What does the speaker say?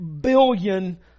billion